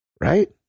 right